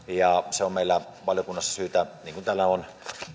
on meillä valiokunnassa syytä niin kuin täällä ovat